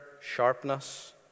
sharpness